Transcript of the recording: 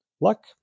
Luck